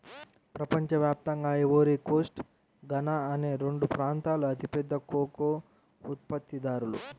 ప్రపంచ వ్యాప్తంగా Ivory Coast, Ghana అనే రెండు ప్రాంతాలూ అతిపెద్ద కోకో ఉత్పత్తిదారులు